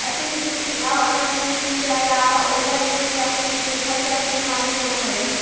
अतिवृष्टि आऊ अनावृष्टि के अलावा ओलावृष्टि आउ कीट से फसल के हानि होवऽ हइ